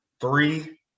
Three